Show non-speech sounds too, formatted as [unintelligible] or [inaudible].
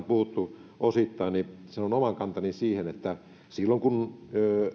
[unintelligible] puhuttu osittain niin sanon oman kantani siihen silloin kun